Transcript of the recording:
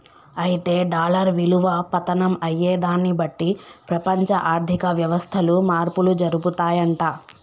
అయితే డాలర్ విలువ పతనం అయ్యేదాన్ని బట్టి ప్రపంచ ఆర్థిక వ్యవస్థలు మార్పులు జరుపుతాయంట